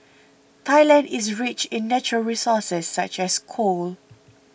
Thailand is rich in natural resources such as coal